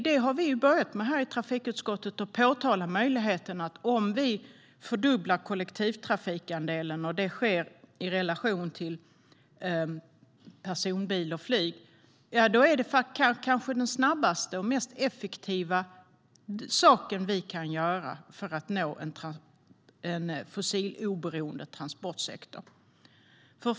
Det har vi börjat med i trafikutskottet när vi påpekar möjligheten att fördubbla kollektivtrafikandelen. Om det sker i relation till personbil och flyg är det kanske det snabbaste och mest effektiva man kan göra för att nå en fossiloberoende transportsektor.